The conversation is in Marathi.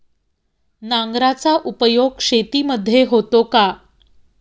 नांगराचा उपयोग शेतीमध्ये होतो का?